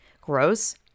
Gross